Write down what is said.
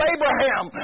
Abraham